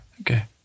Okay